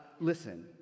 Listen